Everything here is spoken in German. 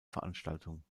veranstaltung